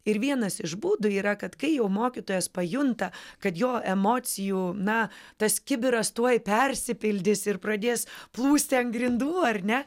ir vienas iš būdų yra kad kai jau mokytojas pajunta kad jo emocijų na tas kibiras tuoj persipildys ir pradės plūsti ant grindų ar ne